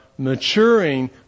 maturing